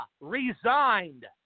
resigned